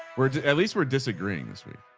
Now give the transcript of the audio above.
we're at least we're disagreeing this week.